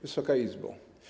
Wysoka Izbo!